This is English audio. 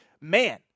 man